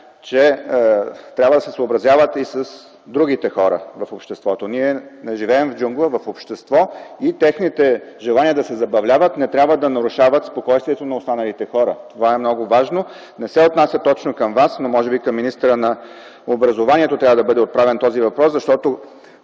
че трябва да се съобразяват и с другите хора в обществото. Ние не живеем в джунгла, а в общество и техните желания да се забавляват не трябва да нарушават спокойствието на останалите хора. Това е много важно. Не се отнася точно към Вас, но може би към министъра на образованието, младежта и науката трябва да бъде отправен този въпрос. Защото